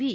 V